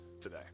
today